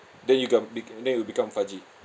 then it'll com~ be~ then it'll become fudgy